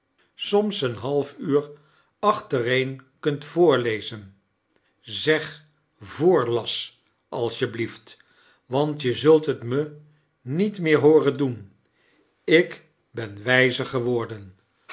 een half uur achtereen kunt voorlezen zeg voorlas als je blieft want je zult t me niet meer hooren doen ik ben wijzer geworden